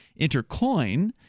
Intercoin